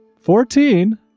fourteen